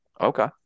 Okay